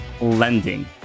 lending